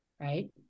right